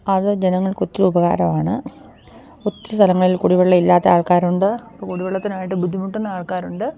അത് ജനങ്ങൾക്കൊത്തിരി ഉപകാരമാണ് ഒത്തിരി സ്ഥലങ്ങളിൽ കുടിവെള്ളമില്ലാത്ത ആൾക്കാരുണ്ട് ഇപ്പം കുടിവെള്ളത്തിനായിട്ട് ബുദ്ധിമുട്ടുന്ന ആൾക്കാരുണ്ട്